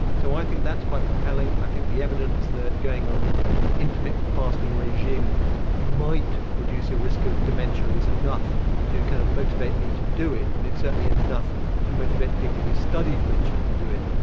so i think that's quite compelling. i think the evidence that going on and intermittent fasting regime might reduce your risk of dementia is enough to kind of motivate me to do it, and it's certainly enough to motivate the people who study dementia to do it.